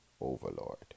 overlord